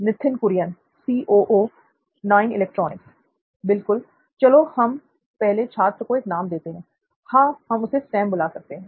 नित्थिन कुरियन बिल्कुल चलो हम पहले छात्र को एक नाम देते हैं हां हम उसे सैम बुला सकते हैं